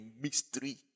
mystery